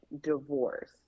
divorce